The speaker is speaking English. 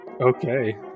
Okay